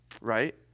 right